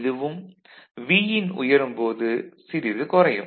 இதுவும் Vin உயரும் போது சிறிது குறையும்